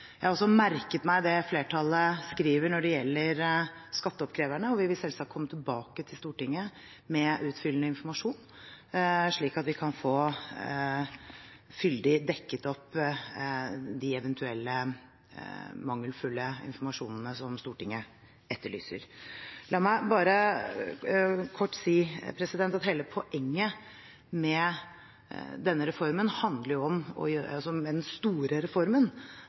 Jeg har også merket meg det flertallet skriver når det gjelder skatteoppkreverne, og vi vil selvsagt komme tilbake til Stortinget med utfyllende informasjon slik at vi kan få fyldig dekket opp den eventuelle mangelfulle informasjonen som Stortinget etterlyser. La meg bare kort si at hele poenget med denne store reformen handler om å